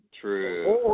True